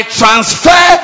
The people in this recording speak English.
transfer